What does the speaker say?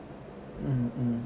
mm mm